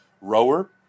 rower